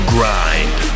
Grind